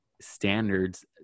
standards